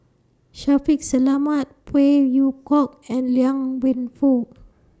Shaffiq Selamat Phey Yew Kok and Liang Wenfu